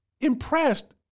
impressed